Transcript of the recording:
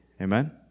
Amen